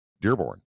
Dearborn